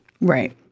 Right